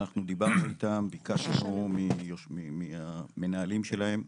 אנחנו דיברנו איתם, ביקשנו מהנהלים שלהם,